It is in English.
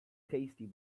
tasty